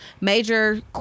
major